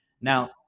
now